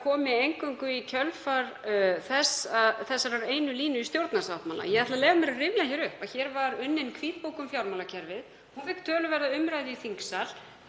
komi eingöngu í kjölfar þessarar einu línu í stjórnarsáttmála. Ég ætla að leyfa mér að rifja upp að hér var unnin hvítbók um fjármálakerfið og hún fékk töluverða umræðu í þingsal.